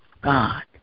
god